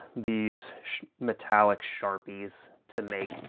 these metallic sharpies to make,